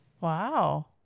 Wow